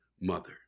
mother